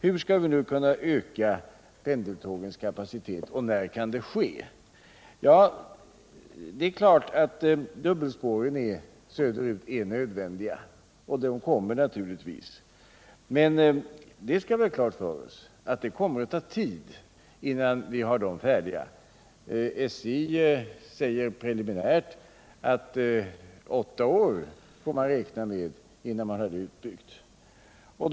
Hur skall vi nu kunna öka pendeltågens kapacitet, och när kan det ske? Ja, det är klart att dubbelspåren söderut är nödvändiga, och de kommer naturligtvis. Men vi skall ha klart för oss att det kommer att ta tid innan de är färdiga. SJ säger preliminärt att man får räkna med att det tar åtta år att få dem utbyggda.